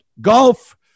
golf